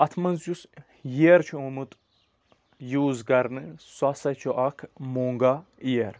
اَتھ منٛز یُس ییر چھُ آمُت یوٗز کَرنہٕ سُہ ہسا چھُ اَکھ مونٛگا ییر